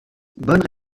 bonnes